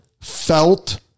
felt